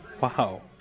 Wow